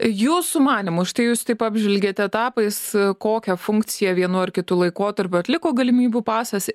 jūsų manymu štai jūs taip apžvelgiate etapais kokią funkciją vienu ar kitu laikotarpiu atliko galimybių pasas